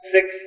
Six